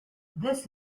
this